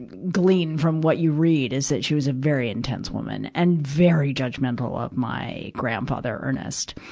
glean from what you read is that she was a very intense woman and very judgmental of my grandfather, ernest.